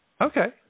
Okay